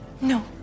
No